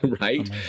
right